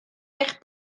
eich